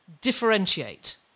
differentiate